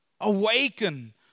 Awaken